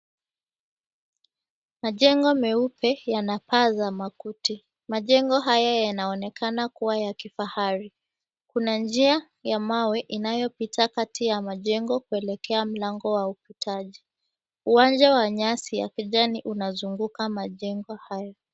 Majengo meupe yanapaa za makuti majengo haya yanaonekana kuwa ya kifahari, kuna njia ya mawe inayopita kati ya majengo kuelekea mlango wa ukutaji, uwanja wa nyasi ya kijani unazunguka majengo hayo.